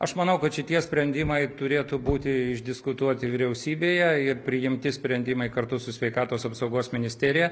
aš manau kad šitie sprendimai turėtų būti išdiskutuoti vyriausybėje ir priimti sprendimai kartu su sveikatos apsaugos ministerija